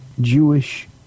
Jewish